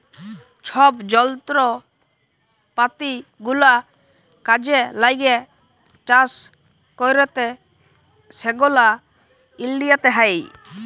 ছব যলত্রপাতি গুলা কাজে ল্যাগে চাষ ক্যইরতে সেগলা ইলডিয়াতে হ্যয়